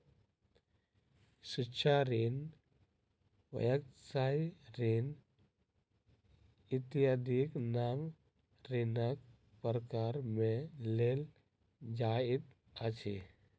शिक्षा ऋण, व्यवसाय ऋण इत्यादिक नाम ऋणक प्रकार मे लेल जाइत अछि